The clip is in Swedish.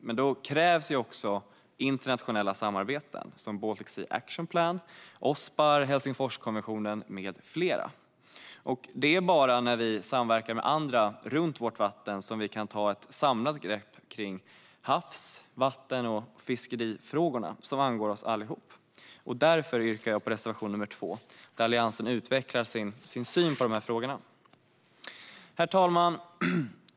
Men då krävs internationella samarbeten som Baltic Sea Action Plan, Ospar, Helsingforskonventionen med flera. Det är bara när vi samverkar med andra som vi kan ta ett samlat grepp om havs, vatten och fiskefrågorna, som ju angår oss alla. Därför yrkar jag bifall till reservation 2, där Alliansen utvecklar sin syn på de här frågorna. Herr talman!